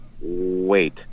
wait